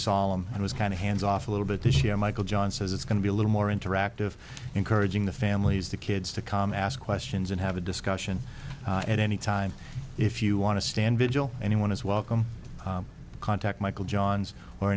solemn and was kind of hands off a little bit this year michael john says it's going to be a little more interactive encouraging the families the kids to come ask questions and have a discussion at any time if you want to stand vigil anyone is welcome to contact michael johns or